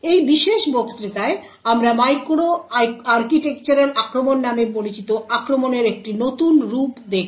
এই বিশেষ বক্তৃতায় আমরা মাইক্রো আর্কিটেকচারাল আক্রমণ নামে পরিচিত আক্রমণের একটি নতুন রূপ দেখব